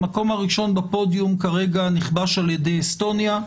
המקום הראשון בפודיום כרגע נכבש על ידי אסטוניה,